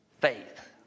faith